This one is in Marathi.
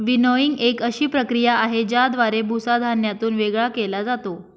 विनोइंग एक अशी प्रक्रिया आहे, ज्याद्वारे भुसा धान्यातून वेगळा केला जातो